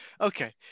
okay